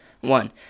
One